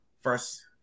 first